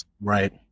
right